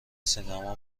سینما